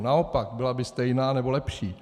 Naopak by byla stejná nebo lepší.